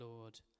lord